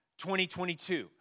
2022